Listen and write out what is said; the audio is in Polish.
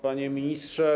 Panie Ministrze!